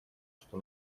что